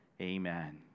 Amen